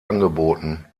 angeboten